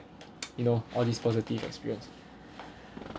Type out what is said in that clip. you know all these positive experience